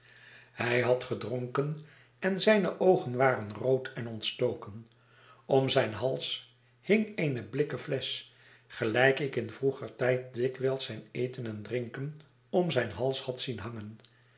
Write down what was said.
hij had gedrbnken en zijne oogen waren rood en ontstoken om zijn hals hing eene blikken flesch gelijk ik in vroeger tijd dikwijls zijn eten en drinken om zijn hals had zien hangen